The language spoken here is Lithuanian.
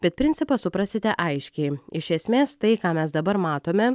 bet principą suprasite aiškiai iš esmės tai ką mes dabar matome